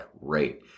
rate